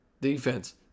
Defense